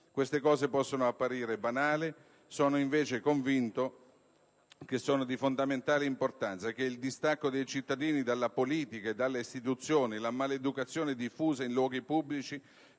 Queste considerazioni possono apparire banali; sono invece convinto che siano di fondamentale importanza e che il distacco dei cittadini dalla politica e dalle istituzioni, la maleducazione diffusa in luoghi pubblici,